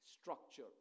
structure